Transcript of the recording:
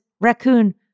raccoon